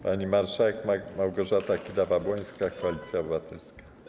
Pani marszałek Małgorzata Kidawa-Błońska, Koalicja Obywatelska.